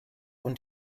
und